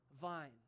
vine